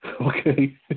Okay